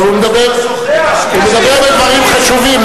אבל הוא מדבר דברים חשובים,